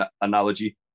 analogy